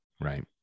Right